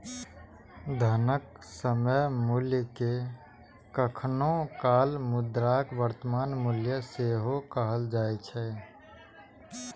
धनक समय मूल्य कें कखनो काल मुद्राक वर्तमान मूल्य सेहो कहल जाए छै